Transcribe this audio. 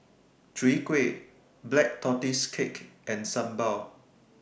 Chwee Kueh Black Tortoise Cake and Sambal